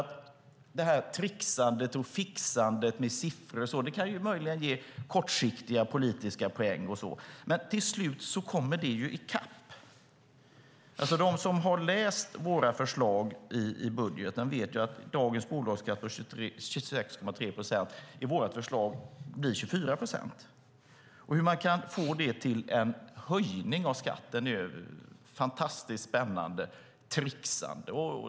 Tricksandet och fixandet med siffror kan möjligen ge kortsiktiga politiska poäng, men till slut kommer det i kapp. De som har läst våra förslag i budgeten vet att dagens bolagsskatt på 26,3 procent i våra förslag blir 24 procent. Hur man kan få det till en höjning av skatten är fantastiskt spännande tricksande.